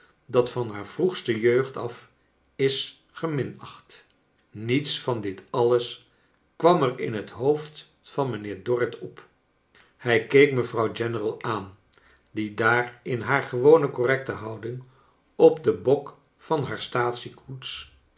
dat van haar vroegste jeugd af is geminacht i mets van dit alles kwam er in het hoofd van mijnheer dorrit op hij keek mevrouw general aan die daar in haar gewone correcte houding op den bok van